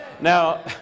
Now